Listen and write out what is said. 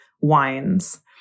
wines